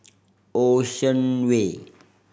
Ocean Way